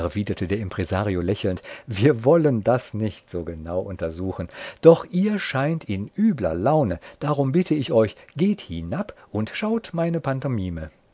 der impresario lächelnd wir wollen das nicht so genau untersuchen doch ihr scheint in übler laune drum bitte ich euch geht hinab und schaut meine pantomime